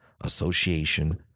Association